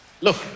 Look